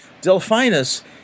Delphinus